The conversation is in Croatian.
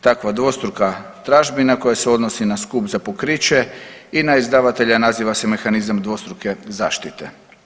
Takva dvostruka tražbina koja se odnosi na skup za pokriće i na izdavatelja naziva se mehanizam dvostruke zaštite.